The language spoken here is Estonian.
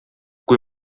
kui